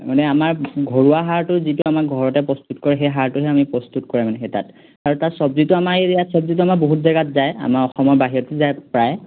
মানে আমাৰ ঘৰুৱা সাৰটো যিটো আমাৰ ঘৰতে প্ৰস্তুত কৰে সেই সাৰটোহে আমি প্ৰস্তুত কৰে মানে সেই তাত আৰু তাত চব্জিটো আমাৰ ইয়াত চব্জিটো আমাৰ বহুত জেগাত যায় আমাৰ অসমৰ বাহিৰতো যায় প্ৰায়